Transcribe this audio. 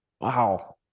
Wow